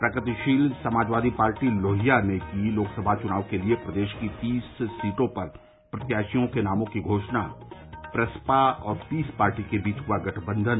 प्रगतिशील समाजवादी पार्टी लोहिया ने की लोकसभा चुनाव के लिए प्रदेश की तीस सीटों पर प्रत्याशियों के नामों की घोषणा प्रसपा और पीस पार्टी के बीच हुआ गठबंधन